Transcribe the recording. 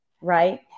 right